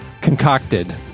concocted